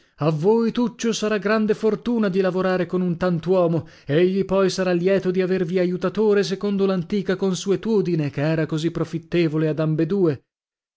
a voi tuccio sarà grande fortuna di lavorare con un tant'uomo egli poi sarà lieto di avervi aiutatore secondo l'antica consuetudine che era così profittevole ad ambedue